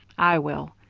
i will.